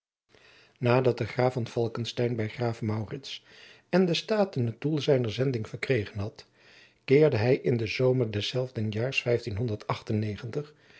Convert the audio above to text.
nadat de graaf van falckestein bij graaf maurits en de staten het doel zijner zending verkregen had keerde hij in den zomer deszelfden jaars